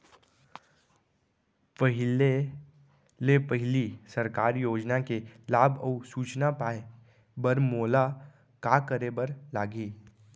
पहिले ले पहिली सरकारी योजना के लाभ अऊ सूचना पाए बर मोला का करे बर लागही?